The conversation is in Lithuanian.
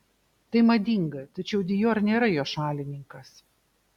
tai madinga tačiau dior nėra jo šalininkas